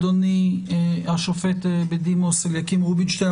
השופט בדימוס אליקים רובינשטיין,